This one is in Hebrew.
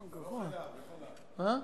אתה לא חייב.